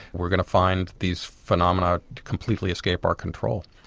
we're going to find these phenomena completely escape our control.